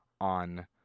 on